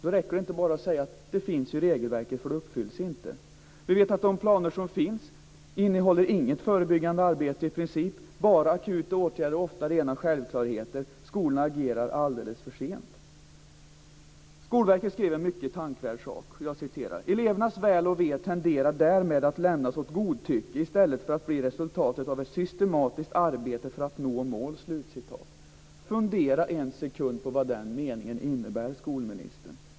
Då räcker det inte bara att säga att det finns i regelverket, eftersom det inte uppfylls. Vi vet att de planer som finns i princip inte innehåller något förebyggande arbete - bara akuta åtgärder och ofta rena självklarheter. Skolorna agerar alldeles för sent. Skolverket skrev en mycket tänkvärd sak: "Elevernas väl och ve tenderar därmed att lämnas åt godtycke i stället för att bli resultatet av ett systematiskt arbete för att nå mål." Fundera en sekund på vad den meningen innebär, skolministern.